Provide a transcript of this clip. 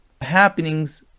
happenings